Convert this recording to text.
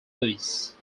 louis